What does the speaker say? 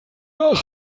nach